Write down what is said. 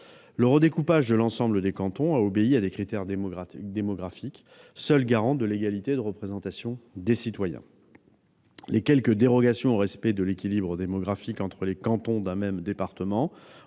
Le redécoupage de l'ensemble des cantons a obéi à des critères démographiques, seuls garants de l'égalité de la représentation des citoyens. Les quelques dérogations au respect de l'équilibre démographique entre les cantons d'un même département